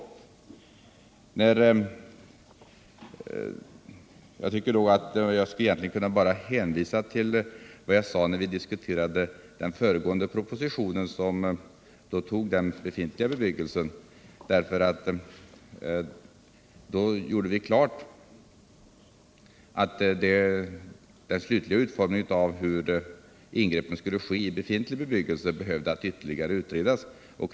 Jag skulle egentligen kunna nöja mig med att hänvisa till vad vi sade när vi diskuterade den föregående propositionen beträffande nya byggnader; då gjorde vi klart att den slutliga utformningen av hur ingreppen skulle ske i befintlig bebyggelse behövde utredas ytterligare.